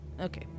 Okay